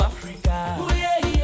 Africa